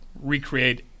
recreate